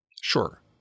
Sure